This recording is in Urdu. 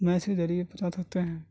میسیج کے ذریعے پہنچا سکتے ہیں